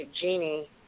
genie